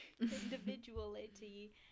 individuality